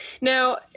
Now